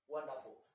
Wonderful